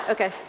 Okay